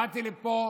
באתי לפה